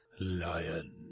Lion